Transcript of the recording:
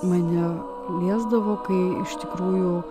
mane liesdavo kai iš tikrųjų